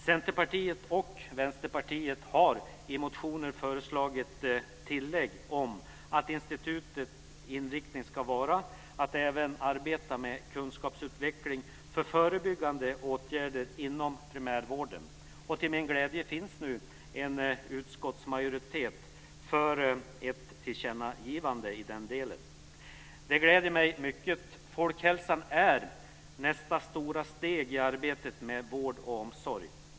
Centerpartiet och Vänsterpartiet har i motioner föreslagit tillägg om att institutets inriktning även ska vara att arbeta med kunskapsutveckling för förebyggande åtgärder inom primärvården, och till min glädje finns det nu en utskottsmajoritet för ett tillkännagivande i den delen. Det gläder mig mycket. Folkhälsan är nästa stora steg i arbetet med vård och omsorg.